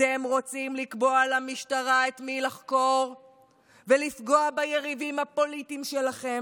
אתם רוצים לקבוע למשטרה את מי לחקור ולפגוע ביריבים הפוליטיים שלכם.